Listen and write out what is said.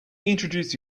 introduce